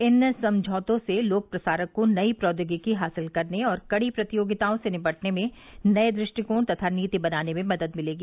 इन समझौतों से लोक प्रसारक को नई प्रौद्योगिकी हासिल करने और कड़ी प्रतियोगिताओं से निपटने में नए दृष्टिकोण तथा नीति बनाने में मदद मिलेगी